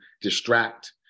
distract